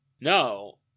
No